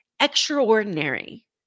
extraordinary